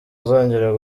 nzongera